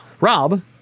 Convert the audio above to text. Rob